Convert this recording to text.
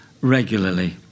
regularly